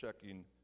checking